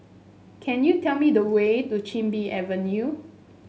can you tell me the way to Chin Bee Avenue